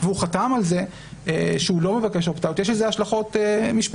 והוא חתם על זה שהוא לא מבקש opt-out יש לזה השלכות משפטיות,